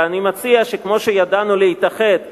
ואני מציע שכמו שידענו להתאחד סביב,